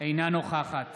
אינה נוכחת